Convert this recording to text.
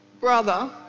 brother